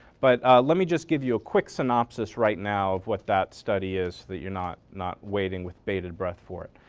but let me just give you a quick synopsis right now what that study is so that you're not not waiting with bated breath for it.